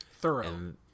Thorough